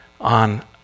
on